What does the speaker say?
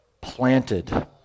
planted